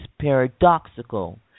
paradoxical